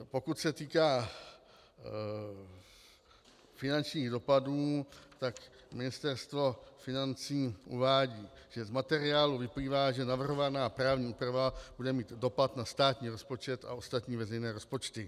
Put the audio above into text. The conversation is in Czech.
Pokud se týká finančních dopadů, tak Ministerstvo financí uvádí, že z materiálu vyplývá, že navrhovaná právní úprava bude mít dopad na státní rozpočet a ostatní veřejné rozpočty.